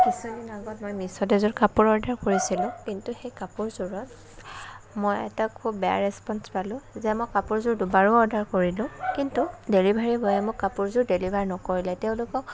কিছুদিন আগত মই মিছুত এযোৰ কাপোৰ অৰ্ডাৰ কৰিছিলোঁ কিন্তু সেই কাপোৰযোৰত মই এটা খুব বেয়া ৰেছপণ্ড পালোঁ যে মই কাপোৰযোৰ দুবাৰো অৰ্ডাৰ কৰিলো কিন্তু ডেলিভাৰী বয়ে মোক কাপোৰযোৰ ডেলিভাৰ নকৰিলে তেওঁলোকক